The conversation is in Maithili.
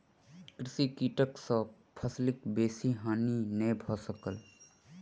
कृषि कीटक सॅ फसिलक बेसी हानि नै भ सकल